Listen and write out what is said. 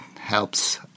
helps